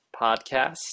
Podcast